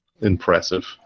Impressive